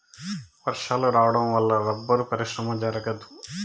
వర్షాలు రావడం వల్ల రబ్బరు పరిశ్రమ జరగదు